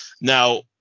now